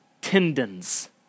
tendons